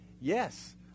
yes